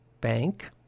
bank